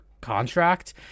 contract